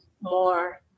more